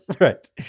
Right